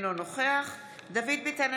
אינו נוכח דוד ביטן,